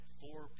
four